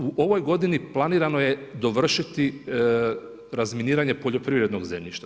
U ovoj godini planirano je dovršiti razminiranje poljoprivrednog zemljišta.